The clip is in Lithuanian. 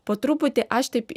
po truputį aš taip